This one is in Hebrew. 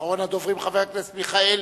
ואחרון הדוברים, חבר הכנסת מיכאלי.